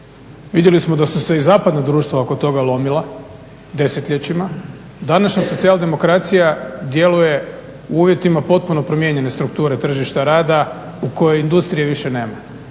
Vidjeli da su se i zapadna društva oko toga lomila desetljećima. Današnja socijal demokracija djeluje u uvjetima potpuno promjene strukture tržišta rada u kojoj industrije više nema.